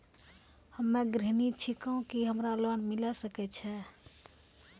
हम्मे गृहिणी छिकौं, की हमरा लोन मिले सकय छै?